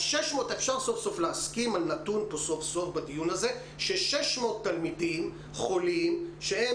אז אפשר סוף סוף להסכים על נתון פה בדיון הזה ש-600 תלמידים חולים שהם